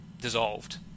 dissolved